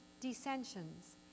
dissensions